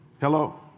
Hello